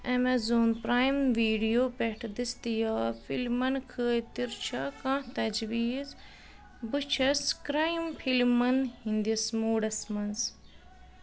Amazon Prime Video پٮ۪ٹھٕ دٔستیاب فِلمَن خٲطرٕ چھےٚ کانٛہہ تجویٖز بہٕ چھَس کرٛایِم فِلمَن ہِنٛدِس موٗڈس منٛز